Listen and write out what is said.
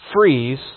freeze